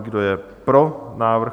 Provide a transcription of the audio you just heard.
Kdo je pro návrh?